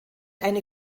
eine